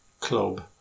club